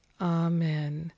amen